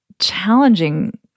challenging